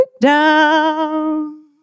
down